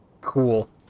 Cool